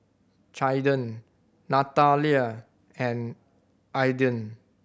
Caiden Nathalia and Ayden